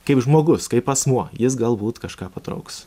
kaip žmogus kaip asmuo jis galbūt kažką patrauks